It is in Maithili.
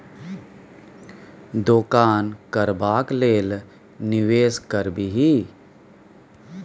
दोकान करबाक लेल निवेश करबिही